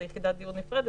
האם זה יחידת דיור נפרדת,